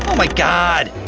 um like god!